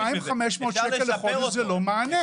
2,500 שקלים בחודש זה לא מענה.